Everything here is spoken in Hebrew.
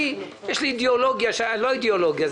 לי יש אידיאולוגיה לא אידיאולוגיה,